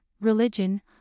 religion